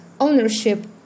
ownership